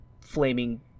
flaming